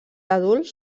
adults